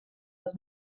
els